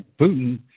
Putin